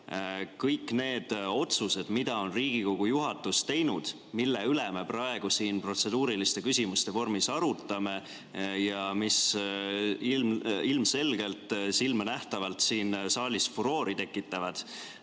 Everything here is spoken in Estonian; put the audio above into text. Kõik need otsused, mida on Riigikogu juhatus teinud, mille üle me praegu siin protseduuriliste küsimuste vormis arutame ja mis ilmselgelt ja silmanähtavalt siin saalis furoori tekitavad